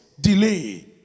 Delay